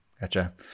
Gotcha